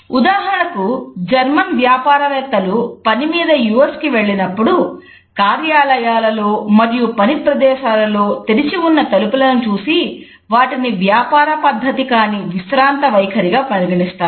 ఉదాహరణకు జర్మన్ కి వెళ్ళినప్పుడు కార్యాలయాలలో మరియు పనిప్రదేశాలలో తెరిచి ఉన్న తలుపులను చూసి వాటిని వ్యాపార పద్ధతి కాని విశ్రాంత వైఖరిగా పరిగణిస్తారు